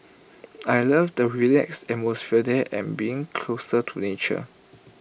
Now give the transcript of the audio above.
I love the relaxed atmosphere there and being closer to nature